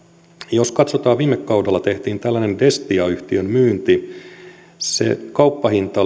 jos katsotaan sitä kun viime kaudella tehtiin tällainen destia yhtiön myynti se kauppahinta oli sataneljäkymmentäkahdeksan miljoonaa josta